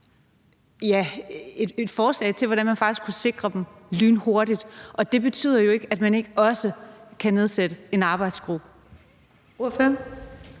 lille forslag, der faktisk ville kunne sikre dem lynhurtigt, og det betyder jo ikke, at man ikke også kan nedsætte en arbejdsgruppe. Kl.